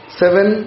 seven